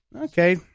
Okay